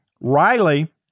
Riley